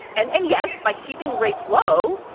and and yes, by keeping rates low,